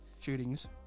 shootings